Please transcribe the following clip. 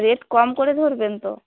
rate কম করে ধরবেন তো